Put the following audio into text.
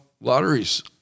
lotteries